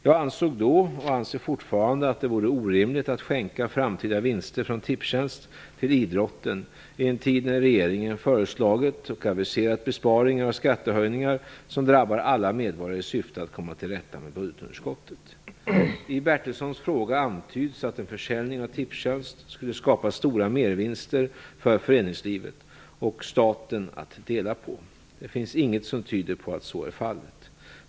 Jag ansåg då och anser fortfarande att det vore orimligt att skänka framtida vinster från Tipstjänst till idrotten i en tid när regeringen föreslagit och aviserat besparingar och skattehöjningar som drabbar alla medborgare i syfte att komma till rätta med budgetunderskottet. I Stig Bertilssons fråga antyds att en försäljning av Tipstjänst skulle skapa stora mervinster för föreningslivet och staten att dela på. Det finns inget som tyder på att så är fallet.